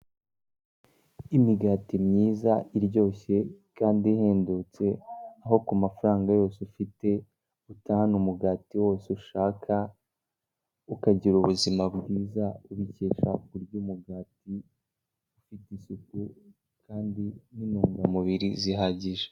Imigati myiza iryoshye kandi ihendutse, aho ku mafaranga yose ufite utahana umugati wose ushaka, ukagira ubuzima bwiza ubikesha kurya umugati ufite isuku kandi n'intungamubiri zihagije.